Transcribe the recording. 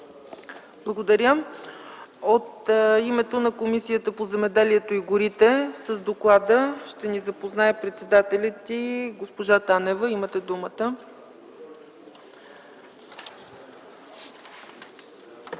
Благодаря. От името на Комисията по земеделието и горите с доклада ще ни запознае председателят й госпожа Танева. Имате думата, госпожо